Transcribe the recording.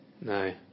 No